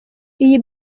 iyi